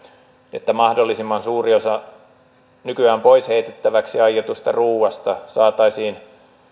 että mahdollisimman suuri osa nykyään pois heitettäväksi aiotusta ruuasta saataisiin